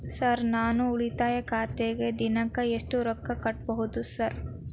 Sir ನಾನು ಉಳಿತಾಯ ಖಾತೆಗೆ ದಿನಕ್ಕ ಎಷ್ಟು ರೊಕ್ಕಾ ಕಟ್ಟುಬಹುದು ಸರ್?